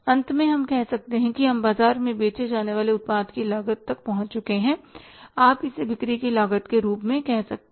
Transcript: अंत में हम कह सकते हैं हम बाजार में बेचे जाने वाले उत्पाद की लागत पहुंच चुके हैं या आप इसे बिक्री की लागत के रूप में कह सकते हैं